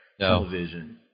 television